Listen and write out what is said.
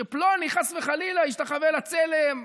שפלוני חס וחלילה ישתחווה לצלם,